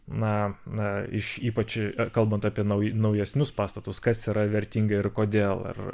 na na iš ypač kalbant apie nauja naujesnius pastatus kas yra vertinga ir kodėl ar